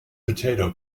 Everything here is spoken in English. potato